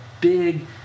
big